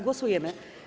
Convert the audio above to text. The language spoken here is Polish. Głosujemy.